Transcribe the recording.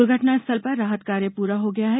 दुर्घटनास्थल पर राहत कार्य पूरा हो गया है